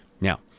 Now